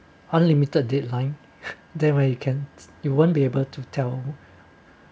unlimited deadline then when you can you won't be able to tell